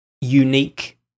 unique